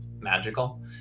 magical